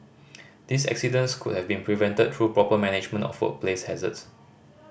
these accidents could have been prevented through proper management of workplace hazards